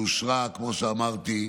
והיא אושרה, כמו שאמרתי,